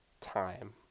time